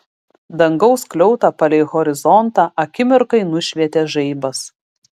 dangaus skliautą palei horizontą akimirkai nušvietė žaibas